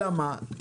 אלא מה,